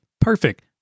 Perfect